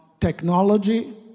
technology